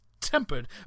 tempered